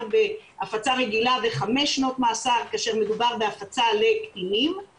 מאסר בהפצה רגילה וחמש שנות מאסר כאשר מדובר בהפצה לקטינים,